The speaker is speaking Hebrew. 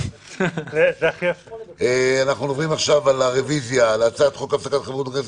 אנחנו עוברים לרוויזיה על הצעת חוק הפסקת חברות בכנסת